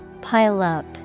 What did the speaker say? Pile-up